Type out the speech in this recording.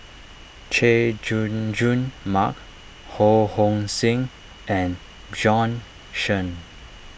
Chay Jung Jun Mark Ho Hong Sing and Bjorn Shen